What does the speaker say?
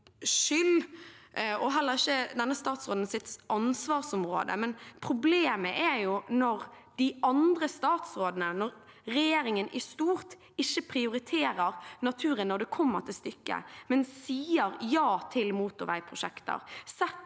skyld og heller ikke denne statsrådens ansvarsområde. Problemet er når de andre statsrådene, når regjeringen i stort ikke prioriterer naturen når det kommer til stykket, men sier ja til motorveiprosjekter,